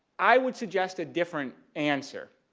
i would suggest a different answer.